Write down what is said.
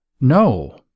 No